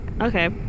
Okay